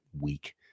week